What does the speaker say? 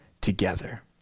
together